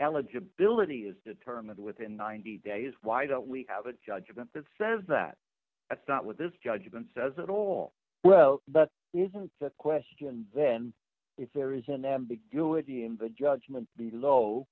eligibility is determined within ninety days why don't we have a judgment that says that that's not what this judgment says at all well but isn't the question then if there is an ambiguity in the judgment below